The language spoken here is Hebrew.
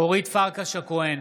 אורית פרקש הכהן,